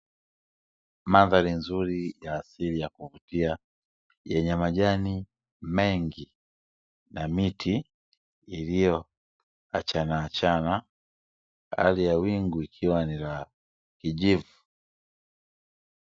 Mandhari nzuri ya asili ya kuvutia, yenye majani mengi, na miti iliyo achana achana. Hali ya wingu ikiwa ni la kijivu.